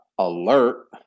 alert